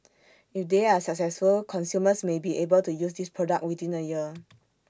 if they are successful consumers may be able to use this product within A year